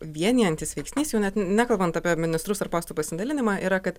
vienijantis veiksnys jau net nekalbant apie ministrus ar postų pasidalinimą yra kad